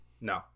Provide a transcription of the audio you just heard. No